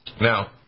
Now